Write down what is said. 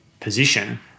position